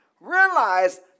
realize